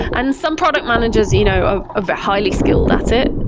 and some product managers you know ah of a highly skilled asset.